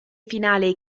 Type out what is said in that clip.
finale